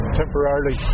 temporarily